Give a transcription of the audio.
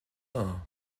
are